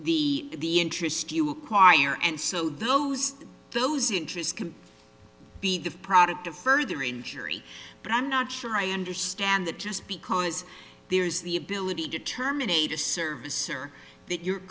the interest you acquire and so those those interests can be the product of further injury but i'm not sure i understand that just because there is the ability to terminate a service or that your